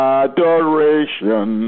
adoration